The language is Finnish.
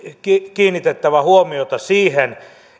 kiinnitettävä huomiota siihen